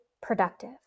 productive